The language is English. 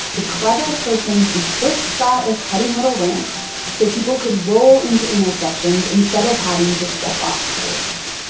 the clever person who first thought of cutting little ramps so people could roll into intersections instead of having to step off curbs.